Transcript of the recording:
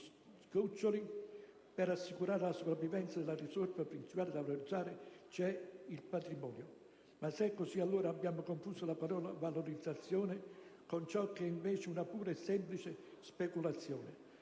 per assicurare la sopravvivenza della risorsa principale da valorizzare, cioè il patrimonio. Ma se è così, allora, abbiamo confuso la parola «valorizzazione» con ciò che è invece una pura e semplice speculazione.